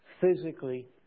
physically